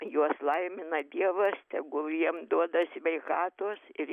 juos laimina dievas tegul jiems duoda sveikatos ir